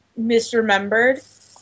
misremembered